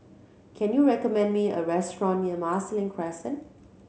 can you recommend me a restaurant near Marsiling Crescent